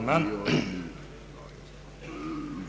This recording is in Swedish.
Herr talman!